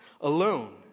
alone